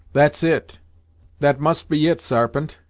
that's it that must be it, sarpent,